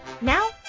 Now